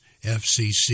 FCC